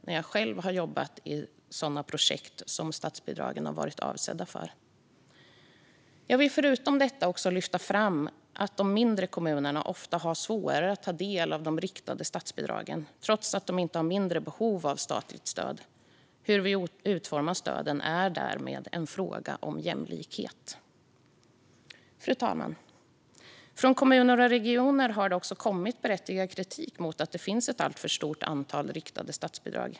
Jag har själv jobbat i sådana projekt som statsbidragen har varit avsedda för. Jag vill förutom detta lyfta fram att de mindre kommunerna ofta har svårare att ta del av de riktade statsbidragen trots att de inte har mindre behov av statligt stöd. Hur vi utformar stöden är därmed en fråga om jämlikhet. Fru talman! Från kommuner och regioner har det kommit berättigad kritik mot att det finns ett alltför stort antal riktade statsbidrag.